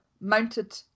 mounted